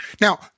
Now